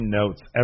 notes